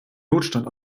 notstand